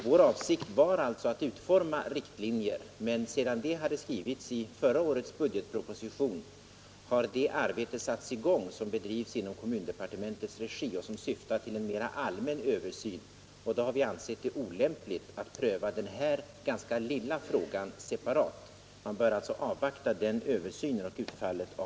Vår avsikt var alltså att utforma riktlinjer, men sedan det hade skrivits i förra årets budgetproposition har det arbete satts igång som bedrivs i kommundepartementets regi och som syftar tillen mera allmän översyn. Därför har vi ansett det olämpligt att pröva denna ganska lilla fråga separat. Man bör alltså avvakta utfallet av den nämnda översynen.